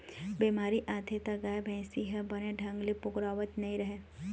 बेमारी आथे त गाय, भइसी ह बने ढंग ले पोगरावत नइ रहय